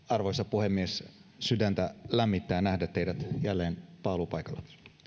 arvoisa puhemies sydäntä lämmittää nähdä teidät jälleen paalupaikalla